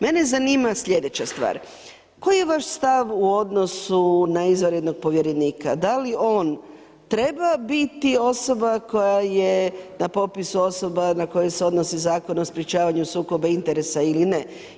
Mene zanima sljedeća stvar, koji je vaš stav u odnosu na izvanrednog povjerenika, da li on treba biti osoba, koja je na popisu osoba, na koju se odnosi Zakon o sprječavanju sukobu interesa ili ne.